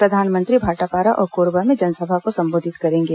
प्रधानमंत्री भाटापारा और कोरबा में जनसभा को संबोधित करेंगे